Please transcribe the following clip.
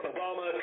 Obama